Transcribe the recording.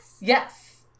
Yes